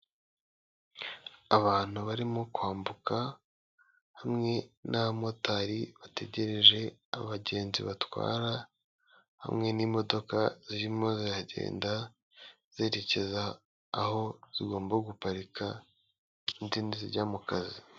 Abantu barimo kwambuka hamwe n'abamotari bategereje abagenzi batwara hamwe n'imodoka zirimo zigenda zerekeza aho zigomba guparika, izindi zijya mu kazi.